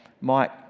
Mike